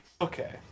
Okay